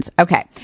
Okay